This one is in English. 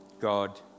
God